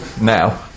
Now